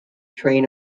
train